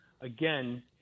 again